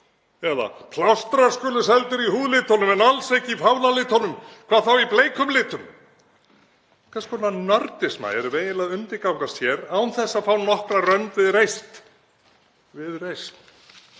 Eða: Plástrar skulu seldir í húðlitunum en alls ekki fánalitunum, hvað þá bleikum litum. Hvers konar nördisma erum við eiginlega að undirgangast hér án þess að fá nokkra rönd við reist? Við reisn?